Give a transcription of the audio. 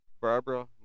Barbara